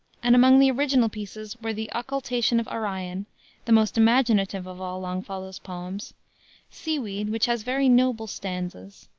and among the original pieces were the occultation of orion the most imaginative of all longfellow's poems seaweed, which has very noble stanzas,